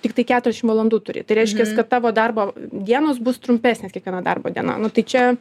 tiktai keturiasdešim valandų turi tai reiškias kad tavo darbo dienos bus trumpesnės kiekviena darbo diena nu tai čia